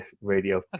radio